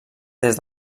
des